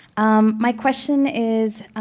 um my question is,